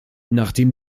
nachdem